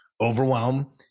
overwhelm